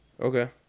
Okay